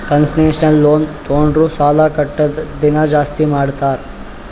concessional loan ತೊಂಡುರ್ ಸಾಲಾ ಕಟ್ಟದ್ ದಿನಾ ಜಾಸ್ತಿ ಮಾಡ್ತಾರ್